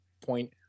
point